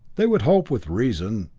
they would hope, with reason,